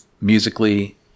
Musically